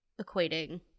equating